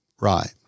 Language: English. Right